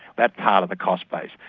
that's part of the cost base.